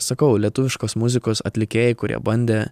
sakau lietuviškos muzikos atlikėjai kurie bandė